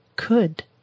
could